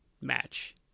match